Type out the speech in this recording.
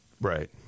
right